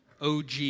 OG